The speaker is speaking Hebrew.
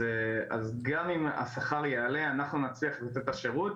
אז גם אם השכר יעלה אנחנו נצליח לתת את השירות.